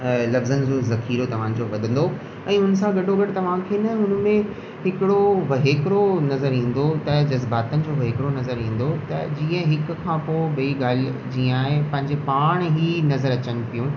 लफ़्ज़नि जो जकिरो तव्हांजो वधंदो ऐं हुन सां गॾोगॾ तव्हांखे न हुन में हिकिड़ो वहिकरो नज़र ईंदो त जज़बातनि जो वहिकरो नज़र ईंदो त जीअं हिकु खां पोइ ॿीं ॻाल्हि जीअं आहे पंहिंजे पाण ई नज़र अचनि थियूं